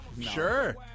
Sure